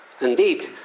Indeed